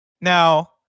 now